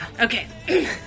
Okay